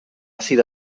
sido